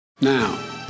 Now